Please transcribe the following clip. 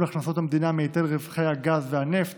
הכנסות המדינה מהיטל על רווחי גז ונפט